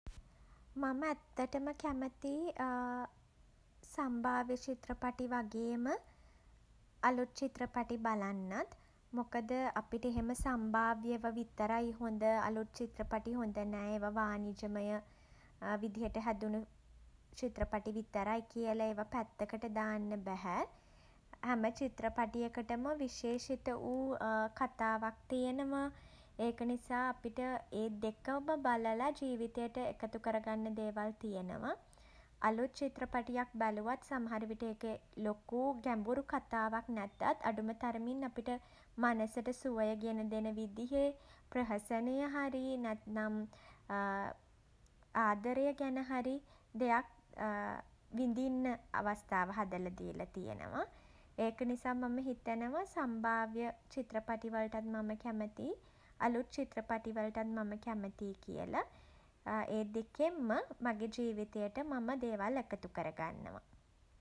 මම ඇත්තටම කැමතියි සම්භාව්‍ය චිත්‍රපටි වගේම අලුත් චිත්රපටි බලන්නත්. මොකද අපිට එහෙම සම්භාව්‍ය ඒවා විතරයි හොඳ අලුත් චිත්රපටි හොඳ නෑ ඒවා වාණිජමය විදිහට හැදුණු චිත්‍රපටි විතරයි කියලා ඒවා පැත්තකට දාන්න බැහැ. හැම චිත්‍රපටියකටම විශේෂිත වූ කතාවක් තියෙනව. ඒක නිසා අපිට ඒ දෙකම බලලා ජීවිතයට එකතු කරගන්න දේවල් තියෙනව. අලුත් චිත්‍රපටියක් බැලුවත් සමහරවිට ඒකෙ ලොකු ගැඹුරු කතාවක් නැතත් අඩුම තරමින් අපිට මනසට සුවය ගෙන දෙන විදිහේ ප්‍රහසනය හරි නැත්නම් ආදරය ගැන හරි දෙයක් විඳින්න අවස්ථාව හදල දීලා තියෙනවා. ඒක නිසා මම හිතනවා සම්භාව්ය චිත්රපටි වලටත් මම කැමතියි අලුත් චිත්රපටි වලටත් මම කැමතියි කියල ඒ දෙකෙන්ම මගේ ජීවිතයට මම දේවල් එකතු කරගන්නවා.